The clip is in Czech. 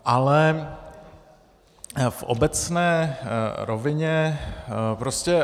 Ale v obecné rovině prostě...